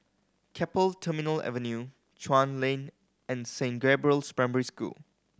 Keppel Terminal Avenue Chuan Lane and Saint Gabriel's Primary School